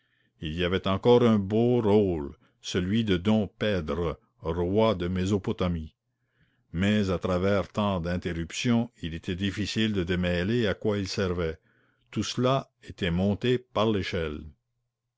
il y avait encore un beau rôle celui de dom pèdre roi de mésopotamie mais à travers tant d'interruptions il était difficile de démêler à quoi il servait tout cela était monté par l'échelle